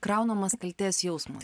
kraunamas kaltės jausmas